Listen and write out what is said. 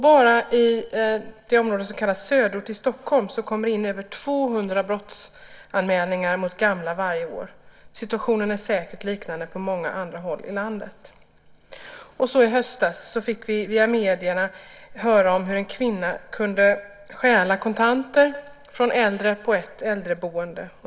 Bara i Söderort i Stockholm kommer det in över 200 anmälningar om brott mot gamla varje år. Situationen är säkert liknande på många andra håll i landet. I höstas fick vi via medierna höra om hur en kvinna kunde stjäla kontanter från äldre på ett äldreboende.